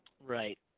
Right